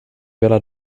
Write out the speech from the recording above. velat